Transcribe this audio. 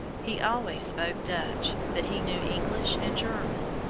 he always spoke dutch, but he knew english and german.